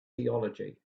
theology